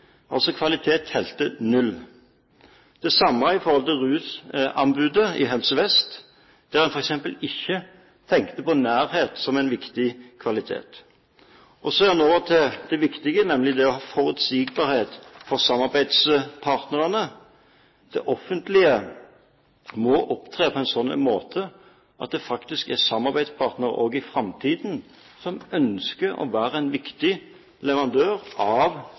Altså, kvalitet telte null. Det samme gjelder for anbudet knyttet til rusbehandling i Helse Vest, der en f.eks. ikke tenkte på nærhet som en viktig kvalitet. Ser en nå til det som er viktig, nemlig å ha forutsigbarhet for samarbeidspartnerne, må det offentlige opptre på en slik måte at det faktisk er samarbeidspartnere også i framtiden som ønsker å være en viktig leverandør av